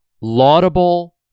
laudable